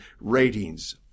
ratings